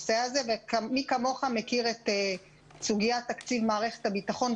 מי כמוך מכיר את סוגיית תקציב מערכת הביטחון,